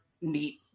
neat